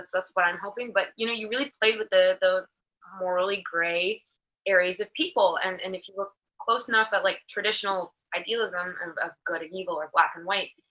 that's what i'm hoping. but you know you really played with the morally gray areas of people. and and if you look close enough at like traditional idealism and of good and evil or black and white.